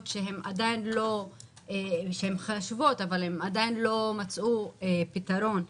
שהן חשובות אבל עדיין לא מצאו פתרון,